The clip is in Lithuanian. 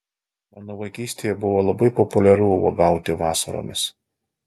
mano vaikystėje buvo labai populiaru uogauti vasaromis